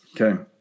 Okay